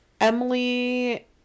Emily